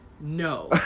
No